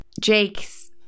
Jake's